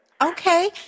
Okay